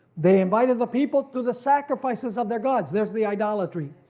they invited the people to the sacrifices of their gods, there's the idolatry,